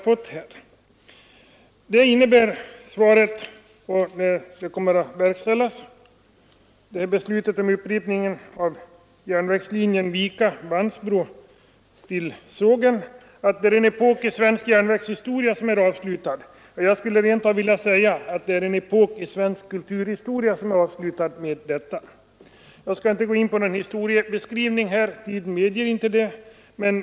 Ett verkställande av beslutet att riva upp spåren på järnvägslinjen Vika—Vansbro—Sågen innebär att en epok i svensk järnvägshistoria avslutas. Jag skulle rent av vilja säga att det är en epok i svensk kulturhistoria som avslutas. Jag skall här inte gå in på någon historieskrivning — tiden medger inte det.